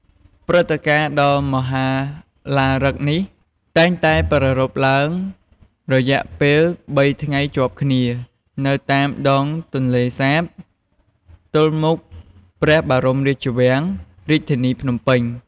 ព្រឹត្តិការណ៍ដ៏មហោឡារឹកនេះតែងតែប្រារព្ធធ្វើឡើងរយៈពេលបីថ្ងៃជាប់គ្នា នៅតាមដងទន្លេសាប ទល់មុខព្រះបរមរាជវាំង រាជធានីភ្នំពេញ។